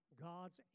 God's